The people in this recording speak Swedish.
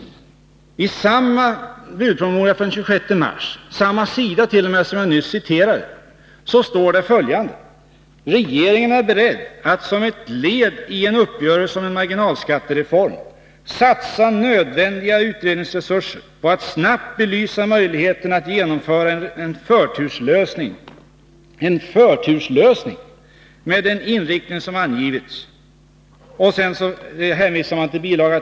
I samma budpromemoria från den 26 mars, på samma sida t.o.m., som jag nyss citerade står det: ”Regeringen är beredd att som ett led i en uppgörelse om en marginal skattereform satsa nödvändiga utredningsresurser på att snabbt belysa möjligheterna att genomföra en förturslösning med den inriktning som angivits.” Sedan hänvisas till bil.